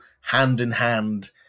hand-in-hand